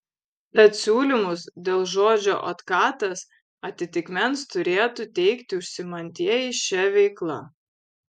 tad siūlymus dėl žodžio otkatas atitikmens turėtų teikti užsiimantieji šia veikla